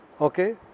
Okay